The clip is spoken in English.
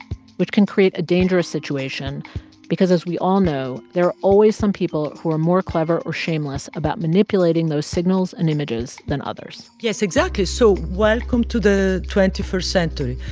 which can create a dangerous situation because, as we all know, there are always some people who are more clever or shameless about manipulating those signals and images than others yes, exactly. so welcome to the twenty first century.